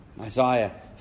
Isaiah